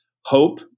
hope